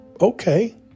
Okay